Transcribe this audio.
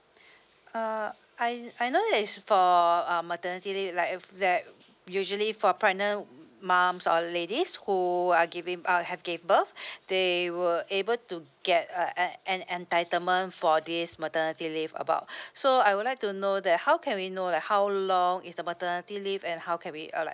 uh I I know that is for um maternity leave like that usually for pregnant moms or ladies who are giving uh have gave birth they were able to get uh a~ an entitlement for this maternity leave about so I would like to know that how can we know like how long is the maternity leave and how can we uh like